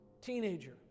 teenager